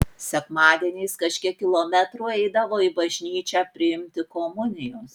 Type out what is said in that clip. sekmadieniais kažkiek kilometrų eidavo į bažnyčią priimti komunijos